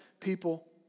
people